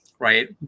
Right